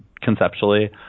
conceptually